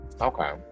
Okay